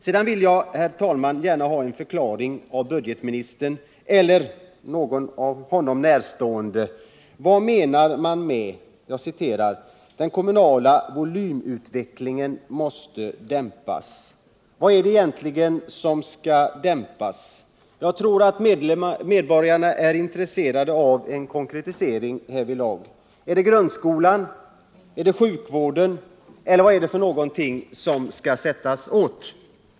Sedan vill jag, herr talman, gärna ha förklarat, av budgetministern eller av någon honom närstående, vad han menar med att ”den kommunala volymutvecklingen måste dämpas”. Vad är det egentligen som skall dämpas? Jag tror att medborgarna är intresserade av en konkretisering härvidlag. Är det grundskolan, sjukvården, eller vad är det som skall sättas åt?